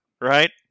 right